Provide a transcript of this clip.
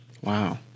Wow